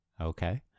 Okay